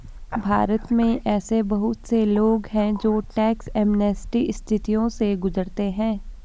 भारत में ऐसे बहुत से लोग हैं जो टैक्स एमनेस्टी स्थितियों से गुजरते हैं